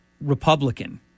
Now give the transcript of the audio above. Republican